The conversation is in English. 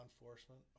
enforcement